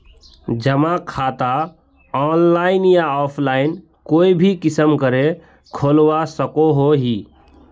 जमा खाता ऑनलाइन या ऑफलाइन कोई भी किसम करे खोलवा सकोहो ही?